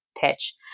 pitch